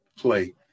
play